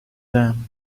them